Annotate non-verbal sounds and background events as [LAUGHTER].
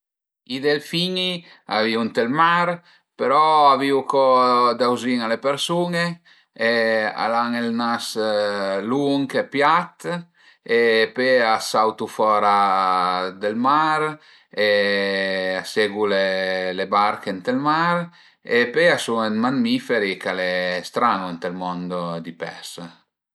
I delfini a vivu ënt ël mar, però a vivu co dauzin a le persun-e e al an ël nas lunch e piat e pöi a sautu fora dël mar [HESITATION] e a segu le barche ënt ël mar e pöi a sun dë mammiferi ch'al e stranu ënt ël mondo di pes